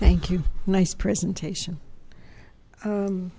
thank you nice presentation